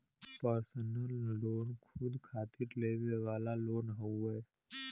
personal loan खुद खातिर लेवे वाला लोन हउवे